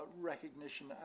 recognition